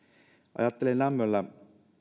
ajattelen lämmöllä